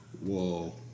Whoa